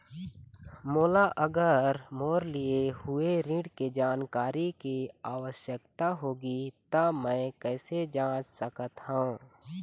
मोला अगर मोर लिए हुए ऋण के जानकारी के आवश्यकता होगी त मैं कैसे जांच सकत हव?